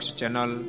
channel